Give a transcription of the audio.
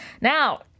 Now